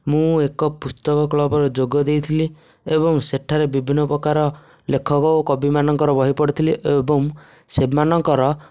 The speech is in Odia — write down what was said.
ମୁଁ ଏକ ପୁସ୍ତକ କ୍ଲବରେ ଯୋଗ ଦେଇଥିଲି ଏବଂ ସେଠାରେ ବିଭିନ୍ନ ପ୍ରକାର ଲେଖକ ଓ କବିମାନଙ୍କର ବହି ପଢ଼ିଥିଲି ଏବଂ ସେମାନଙ୍କର